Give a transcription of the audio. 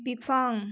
बिफां